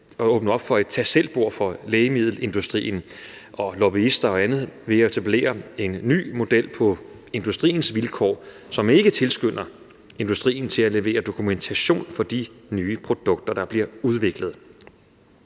at åbne op for et tag selv-bord for lægemiddelindustrien, lobbyister og andre ved at etablere en ny model på industriens vilkår, som ikke tilskynder industrien til at levere dokumentation for de nye produkter, der bliver udviklet.